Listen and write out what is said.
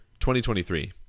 2023